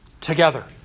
together